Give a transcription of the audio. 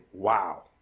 Wow